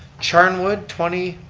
charnwood twenty,